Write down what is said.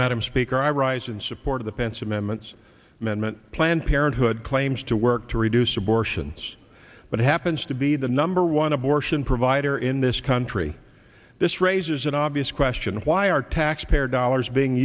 madam speaker i rise in support of the pence amendments management planned parenthood claims to work to reduce abortions but happens to be the number one abortion provider in this country this raises an obvious question why are taxpayer dollars being